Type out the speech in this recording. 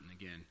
Again